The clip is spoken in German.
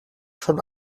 schon